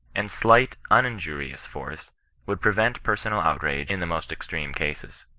and slight uninjurious force would prevent personal outrage in the most extreme cases.